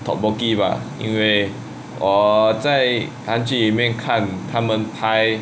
tteokbokki bah 因为我在韩剧里面看他们拍